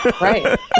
Right